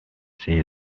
say